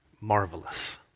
marvelous